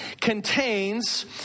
Contains